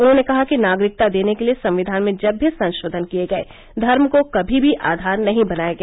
उन्होंने कहा कि नागरिकता देने के लिए संविधान में जब भी संशोधन किये गये धर्म को कभी भी आधार नहीं बनाया गया